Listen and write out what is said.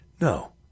No